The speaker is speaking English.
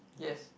yes